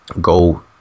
go